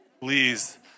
Please